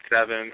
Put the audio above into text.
seven